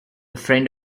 friend